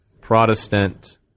Protestant